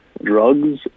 drugs